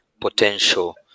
potential